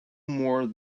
more